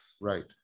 right